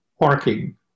parking